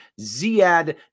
Ziad